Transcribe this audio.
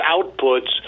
outputs